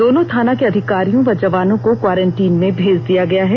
दोनों थाना के अधिकारियों व जवानों को क्वारेन्टीन में भेज दिया गया है